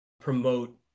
promote